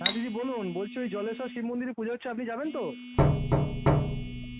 হ্যাঁ দিদি বলুন বলছি ওই জলেশ্বর শিব মন্দিরে পুজো হচ্ছে আপনি যাবেন তো